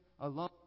alone